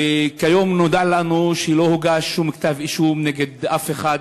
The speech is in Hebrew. והיום נודע לנו שלא הוגש שום כתב-אישום נגד אף אחד.